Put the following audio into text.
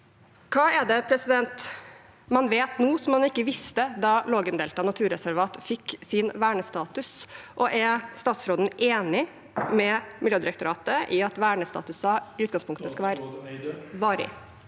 Hva er det man vet nå som man ikke visste da Lågendeltaet naturreservat fikk sin vernestatus? Og er statsråden enig med Miljødirektoratet i at vernestatuser i utgangspunktene skal være varige?